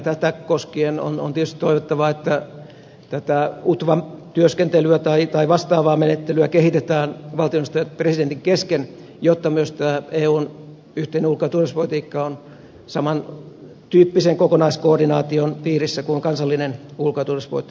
tätä koskien on tietysti toivottavaa että utvan työskentelyä tai vastaavaa menettelyä kehitetään valtioneuvoston ja presidentin kesken jotta myös tämä eun yhteinen ulko ja turvallisuuspolitiikka olisi samantyyppisen kokonaiskoordinaation piirissä kuin kansallinen ulko ja turvallisuuspoliittinen päätöksenteko